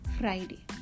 Friday